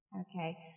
Okay